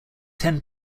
ten